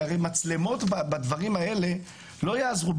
כי הרי מצלמות בדברים האלה לא יעזרו.